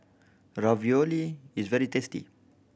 ravioli is very tasty